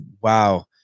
Wow